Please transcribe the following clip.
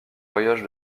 voyage